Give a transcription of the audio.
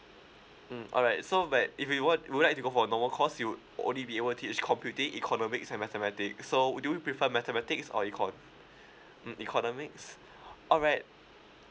mm alright so right if you want would like to go for normal course you would only be able to teach computing economics and mathematics so do you prefer mathematics or econ~ mm economics alright